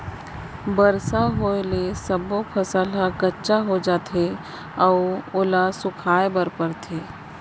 बरसा होए ले सब्बो फसल ह कच्चा हो जाथे अउ ओला सुखोए बर परथे